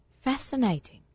Fascinating